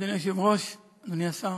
אדוני היושב-ראש, אדוני השר,